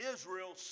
Israel